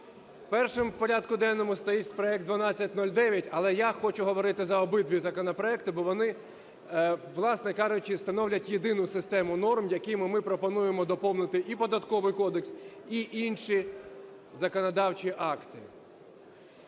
Першим у порядку денного стоїть проект 1209. Але я хочу говорити за обидва законопроекти, бо вони, власне кажучи, становлять єдину систему норм, якими ми пропонуємо доповнити і Податковий кодекс, і інші законодавчі акти.